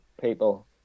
people